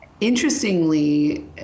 Interestingly